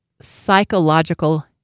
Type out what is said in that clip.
psychological